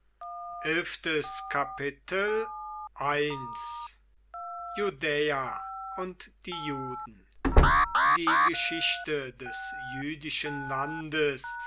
judäa und die juden die geschichte des jüdischen landes